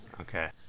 Okay